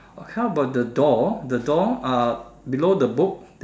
how about the door the door uh below the book